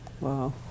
Wow